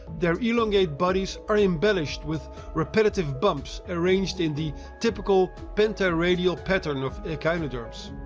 their elongate bodies are embellished with repetitive bumps arranged in the typical pentaradial pattern of echinoderms.